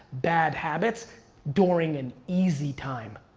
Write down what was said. bad habits during an easy time.